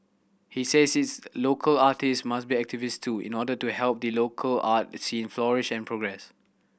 he says is local artist must be activist too in order to help the local art scene flourish and progress